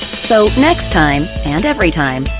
so, next time and every time.